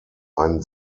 ein